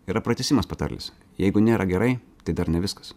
yra pratęsimas patarlės jeigu nėra gerai tai dar ne viskas